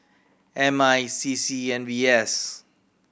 M I CC and V S